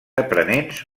aprenents